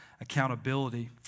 accountability